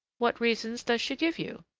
what reasons does she give you?